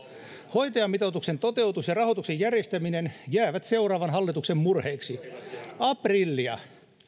hoitajamitoituksen toteutus ja rahoituksen järjestäminen jäävät seuraavan hallituksen murheeksi aprillia